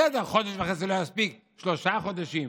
בסדר, חודש וחצי לא יספיק, שלושה חודשים,